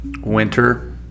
winter